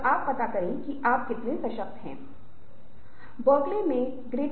जब दो लोग बैक टू बैक खड़े होते हैं तो बहुत अजीब होता है